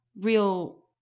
real